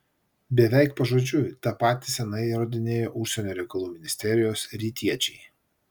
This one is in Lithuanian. beveik pažodžiui tą patį seniai įrodinėjo užsienio reikalų ministerijos rytiečiai